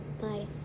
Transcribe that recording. bye